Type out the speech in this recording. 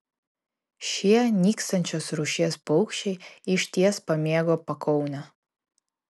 šie nykstančios rūšies paukščiai išties pamėgo pakaunę